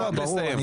לא, לא, ברור.